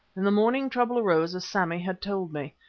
in the morning trouble arose as sammy had told me.